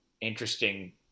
interesting